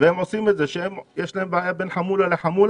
הרי הם עושים את זה בעצמם: כשיש להם בעיה בין חמולה לחמולה,